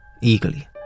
eagerly